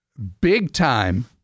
big-time